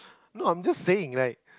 no I'm just saying like